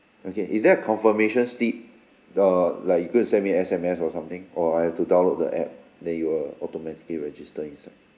okay is there a confirmation slip uh like you going to send me S_M_S or something or I have to download the app then it will automatically register inside